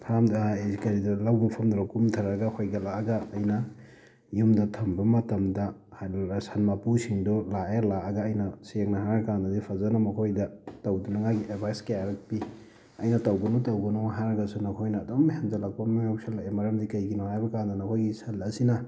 ꯐꯥꯔꯝꯗ ꯀꯔꯤꯗꯣ ꯂꯧ ꯃꯐꯝꯗꯨꯗ ꯀꯨꯝꯊꯔꯒ ꯍꯣꯏꯒꯂꯛꯑꯒ ꯑꯩꯅ ꯌꯨꯝꯗ ꯊꯝꯕ ꯃꯇꯝꯗ ꯁꯟ ꯃꯄꯨꯁꯤꯡꯗꯣ ꯂꯥꯛꯑꯦ ꯂꯥꯛꯑꯒ ꯑꯩꯅ ꯁꯦꯡꯅ ꯍꯥꯏꯔꯀꯥꯟꯗꯗꯤ ꯐꯖꯅ ꯃꯈꯣꯏꯗ ꯇꯧꯗꯅꯉꯥꯏꯒꯤ ꯑꯦꯗꯚꯥꯏꯁ ꯀꯌꯥꯔꯛ ꯄꯤ ꯑꯩꯅ ꯇꯧꯒꯅꯨ ꯇꯧꯒꯅꯨ ꯍꯥꯏꯔꯒꯁꯨ ꯅꯈꯣꯏꯅ ꯑꯗꯨꯝ ꯍꯦꯟꯖꯜꯂꯛꯄ ꯑꯃ ꯌꯥꯎꯁꯜꯂꯛꯑꯦ ꯃꯔꯝꯗꯤ ꯀꯩꯒꯤꯅꯣ ꯍꯥꯏꯕꯀꯥꯟꯗ ꯅꯈꯣꯏꯒꯤ ꯁꯟ ꯑꯁꯤꯅ